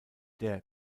der